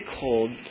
cold